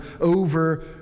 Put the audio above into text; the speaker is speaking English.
over